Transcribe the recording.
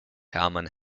hermann